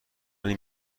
این